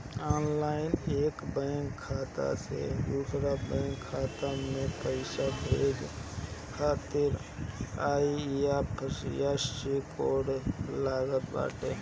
online एक bank खाता से दूसरा बैंक खाता में पईसा भेजे खातिर आई.एफ.एस.सी कोड लागत बाटे